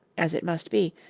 as it must be,